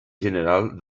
general